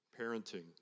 parenting